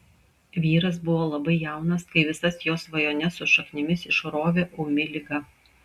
vyras buvo labai jaunas kai visas jo svajones su šaknimis išrovė ūmi liga